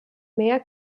mehr